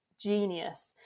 genius